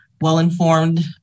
well-informed